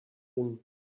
him